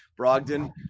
Brogdon